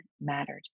mattered